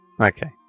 Okay